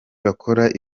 bakora